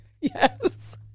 Yes